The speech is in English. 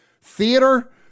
theater